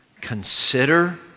consider